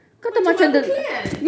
macam apa clan